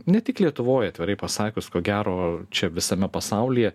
ne tik lietuvoj atvirai pasakius ko gero čia visame pasaulyje